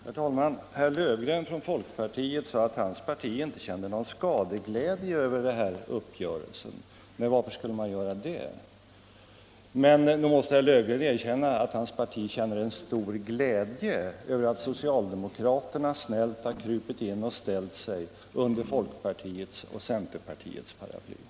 Herr talman! Herr Löfgren från folkpartiet sade att hans parti inte kände någon skadeglädje över den här uppgörelsen. Nej, varför skulle man göra det? Men nog måste herr Löfgren erkänna att hans parti känner stor glädje över att socialdemokraterna snällt krupit in och ställt sig under folkpartiets och centerpartiets paraply.